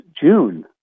June